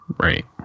Right